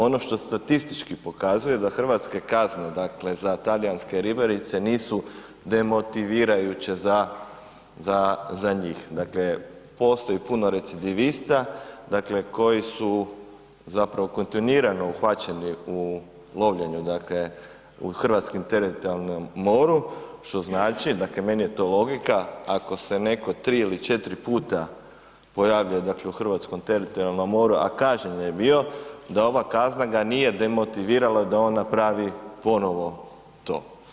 Ono što statistički pokazuje da hrvatske kazne za talijanske ribarice nisu demotivirajuće za njih, dakle postoji puno recidivista koji su zapravo kontinuirano uhvaćeni u lovljenje u hrvatskom teritorijalnom moru što znači, dakle meni je to logika ako se netko 3 ili 4 puta pojavljuje dakle u hrvatskom teritorijalnom moru, a kažnjen je bio, da ova kazna ga nije demotivirala da on napravi ponovo to.